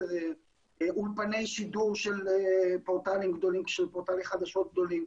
אולפני שידור של פורטלי חדשות גדולי,